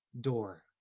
door